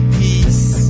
peace